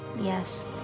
Yes